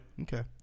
Okay